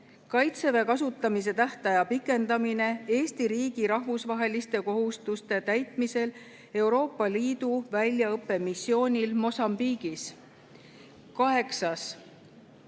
"Kaitseväe kasutamise tähtaja pikendamine Eesti riigi rahvusvaheliste kohustuste täitmisel Euroopa Liidu väljaõppemissioonil Mosambiigis". Kaheksas,